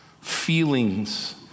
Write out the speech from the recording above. feelings